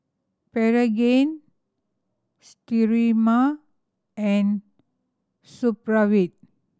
Pregain Sterimar and Supravit